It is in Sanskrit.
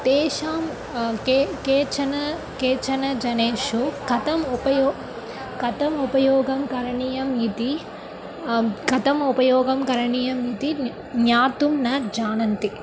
तेषां के केचन केचन जनेषु कथम् उपयोगं कथम् उपयोगं करणीयम् इति कथम् उपयोगं करणीयम् इति ज्ञातुं न जानन्ति